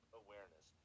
awareness